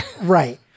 Right